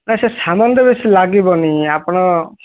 ନାଇଁ ସେ ସାମାନ ତ ବେଶୀ ଲାଗିବନି ଆପଣ